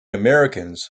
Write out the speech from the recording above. americans